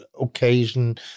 occasion